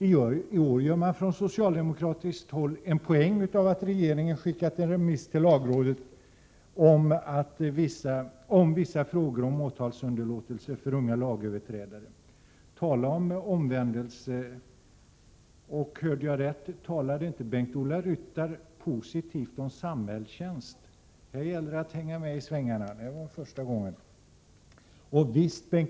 I år gör man från socialdemokratiskt håll en poäng av att regeringen har skickat en remiss till lagrådet om vissa frågor om åtalsunderlåtelse för unga lagöverträdare. Tala om omvändelse! Hörde jag rätt — talade inte Bengt-Ola Ryttar positivt om samhällstjänst? Här gäller det att hänga med i svängarna, det var första gången han gjorde det.